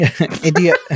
Idiot